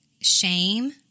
shame